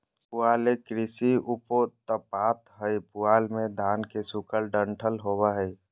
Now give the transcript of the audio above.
पुआल एक कृषि उपोत्पाद हय पुआल मे धान के सूखल डंठल होवो हय